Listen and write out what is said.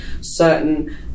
certain